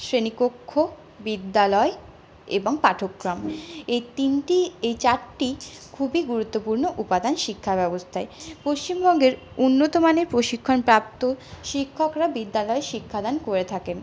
শ্রেণিকক্ষ বিদ্যালয় এবং পাঠ্যক্রম এই তিনটি এই চারটি খুবই গুরুত্বপূর্ণ উপাদান শিক্ষা ব্যবস্থায় পশ্চিমবঙ্গের উন্নতমানের প্রশিক্ষণপ্রাপ্ত শিক্ষকরা বিদ্যালয়ে শিক্ষাদান করে থাকেন